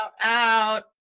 Out